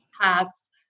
paths